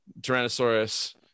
Tyrannosaurus